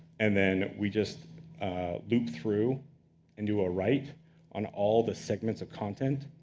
and then, we just loop through and do a write on all the segments of content.